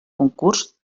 concurs